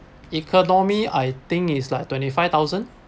economy I think is like twenty five thousand